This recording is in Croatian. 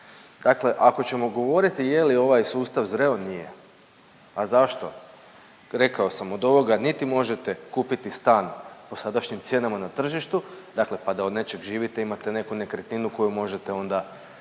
Dakle ako ćemo govoriti je li ovaj sustav zreo, nije. A zašto? Rekao sam od ovoga niti možete kupiti stan po sadašnjim cijenama na tržištu dakle pa da od nečeg živite, imate neku nekretninu koju možete onda